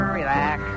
relax